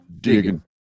Digging